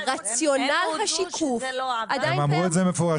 רציונל השיקוף עדיין קיים.